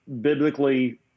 biblically